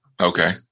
okay